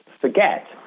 forget